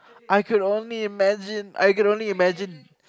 I could imagine I could only imagine